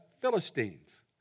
Philistines